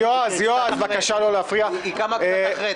היא קמה קצת אחרי.